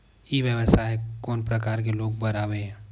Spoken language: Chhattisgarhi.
ई व्यवसाय कोन प्रकार के लोग बर आवे?